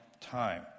time